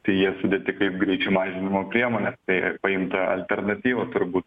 tai jie sudėti kaip greičio mažinimo priemonė tai paimta alternatyva turbūt